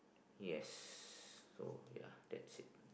yes so ya that is